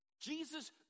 Jesus